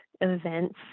events